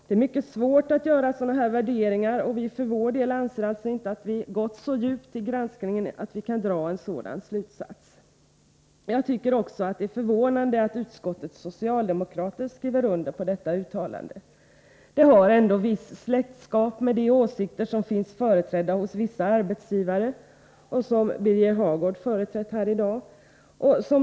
Det är mycket svårt att göra sådana värderingar, och vi anser inte att vi har gått så djupt i granskningen att vi kan dra denna slutsats. Jag tycker vidare att det är förvånande att utskottets socialdemokrater skriver under på detta uttalande. Det har ändå viss släktskap med de åsikter som finns företrädda hos vissa arbetsgivare och som Birger Hagård har företrätt här i dag.